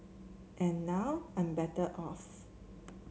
and now I'm better off